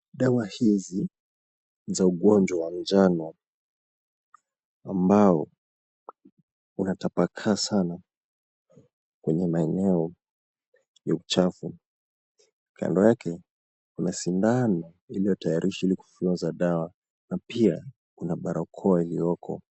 Dawa hizi, za ugonjwa njano, ambao unatapakaa sana kwenye maeneo ya uchafu. Kando yake, kuna sindano iliyotayarishwa ili kufyonza dawa na pia kuna barakoa iliyoko.